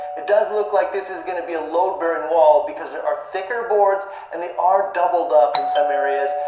it does look like this is gonna be a load-bearing wall because there are thicker boards and they are doubled up in some areas,